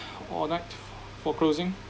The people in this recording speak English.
all night for closing